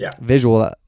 visual